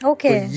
Okay